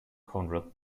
conrad